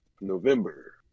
November